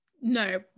No